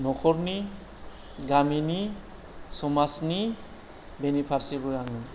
नख'रनि गामिनि समाजनि बेनि फारसेबो आङो